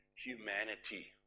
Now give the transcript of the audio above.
Humanity